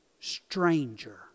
Stranger